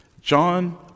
John